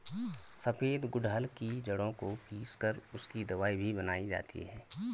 सफेद गुड़हल की जड़ों को पीस कर उसकी दवाई भी बनाई जाती है